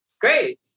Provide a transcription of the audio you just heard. Great